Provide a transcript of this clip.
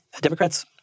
Democrats